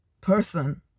person